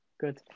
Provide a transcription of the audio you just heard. good